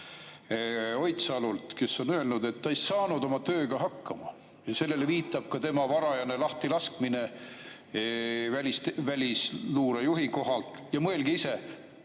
Oidsalult, kes on öelnud, et ta ei saanud oma tööga hakkama. Ja sellele viitab ka tema varajane lahtilaskmine välisluure juhi kohalt. Mõelge ise,